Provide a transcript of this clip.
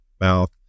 mouth